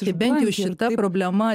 tai bent jau šita problema